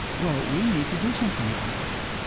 well, we need to do something about that.